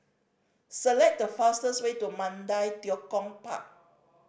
select the fastest way to Mandai Tekong Park